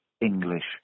English